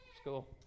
School